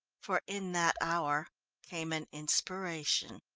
for in that hour came an inspiration.